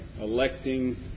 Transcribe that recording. electing